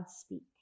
speak